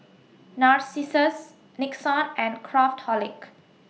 Narcissus Nixon and Craftholic